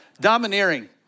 domineering